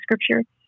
Scripture